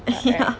ya